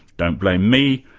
don't blame me,